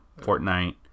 Fortnite